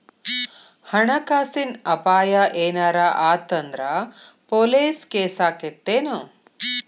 ಹಣ ಕಾಸಿನ್ ಅಪಾಯಾ ಏನರ ಆತ್ ಅಂದ್ರ ಪೊಲೇಸ್ ಕೇಸಾಕ್ಕೇತೆನು?